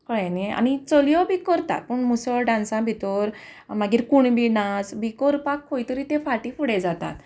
कळ्ळें न्ही आनी चलयोय बी करता पूण मुसळ डान्सा भितर मागीर कुणबी नाच बी करपाक खंय तरी ते फाटीं फुडें जातात